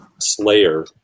Slayer